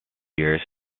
years